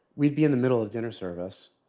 we'd be in the middle of dinner service,